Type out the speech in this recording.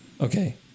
Okay